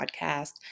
podcast